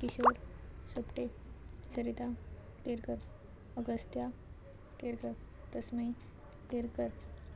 Kishore Sopte Sarita Kerkar Agastya Kerkar Tasmai Kerkar